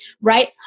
right